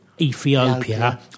Ethiopia